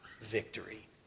victory